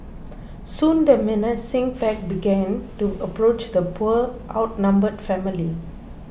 soon the menacing pack began to approach the poor outnumbered family